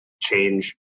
change